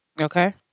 Okay